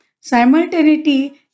Simultaneity